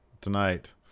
tonight